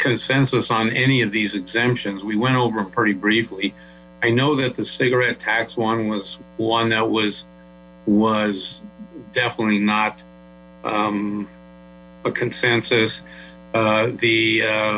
consensus on any of these exemptions we went over pretty briefly i know that the cigaret tax one was one that was was definitely not consensus the